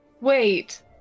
Wait